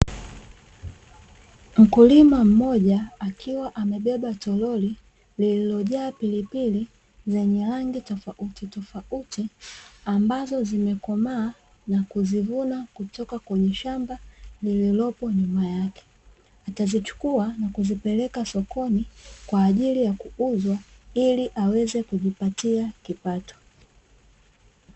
Mkulima mmoja akiwa amebeba toroli lililojaa pilipili zenye rangi tofautitofauti, ambazo zimekomaa na kuzivuna kutoka kwenye shamba lililopo nyuma yake. Atazichukua na kuzipeleka sokoni kwa ajili ya kuuzwa ili aweze kujipatia kipato.